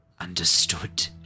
understood